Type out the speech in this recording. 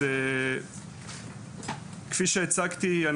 כפי שהצגתי,